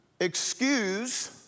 excuse